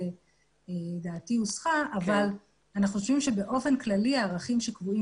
אנחנו חושבים שבאופן כללי הערכים שקבועים